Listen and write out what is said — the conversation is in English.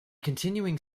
continuing